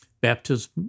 Baptism